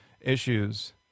issues